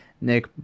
Nick